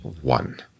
one